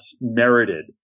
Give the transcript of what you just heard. merited